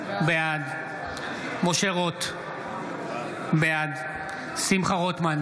בעד משה רוט, בעד שמחה רוטמן,